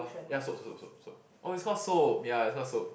ya ya soap soap soap soap oh it's called soap ya it's call soap